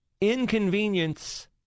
inconvenience